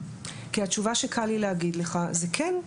כי התשובה שקל לי להגיד לך היא כן,